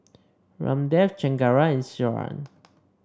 Ramdev Chengara and Iswaran